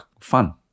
fun